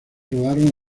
rodaron